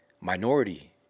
minority